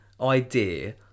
idea